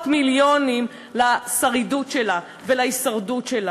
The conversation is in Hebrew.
מיליונים לשרידות שלה ולהישרדות שלה.